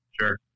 Sure